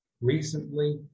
recently